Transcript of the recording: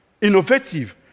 innovative